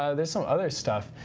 ah there's some other stuff.